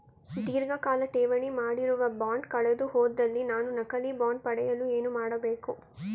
ಧೀರ್ಘಕಾಲ ಠೇವಣಿ ಮಾಡಿರುವ ಬಾಂಡ್ ಕಳೆದುಹೋದಲ್ಲಿ ನಾನು ನಕಲಿ ಬಾಂಡ್ ಪಡೆಯಲು ಏನು ಮಾಡಬೇಕು?